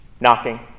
knocking